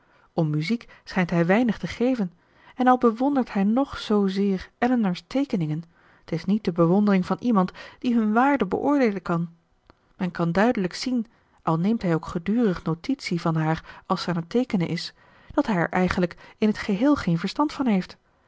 om muziek schijnt hij weinig te geven en al bewondert hij nog zoozeer elinor's teekeningen t is niet de bewondering van iemand die hun waarde beoordeelen kan men kan duidelijk zien al neemt hij ook gedurig notitie van haar als ze aan het teekenen is dat hij er eigenlijk in t geheel geen verstand van heeft